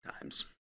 times